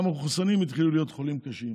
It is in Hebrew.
וגם המחוסנים התחילו להיות חולים קשים,